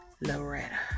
Loretta